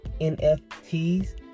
NFTs